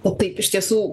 o taip iš tiesų